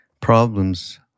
Problems